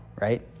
right